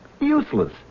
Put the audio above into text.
useless